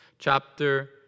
chapter